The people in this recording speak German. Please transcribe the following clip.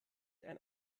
ein